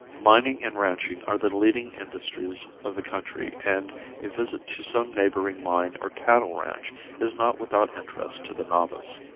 mining and ranching are the leading industries of the country and a visit to some neighboring mine or cattle ranch is not without interest to the novice.